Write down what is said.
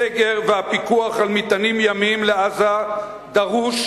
הסגר והפיקוח על מטענים ימיים לעזה דרושים